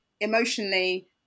emotionally